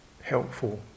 helpful